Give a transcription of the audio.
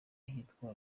ahitwa